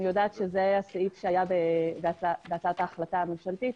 אני יודעת שהוא היה הסעיף שהיה בהצעת ההחלטה הממשלתית.